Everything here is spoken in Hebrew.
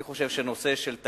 אני חושב שתקציב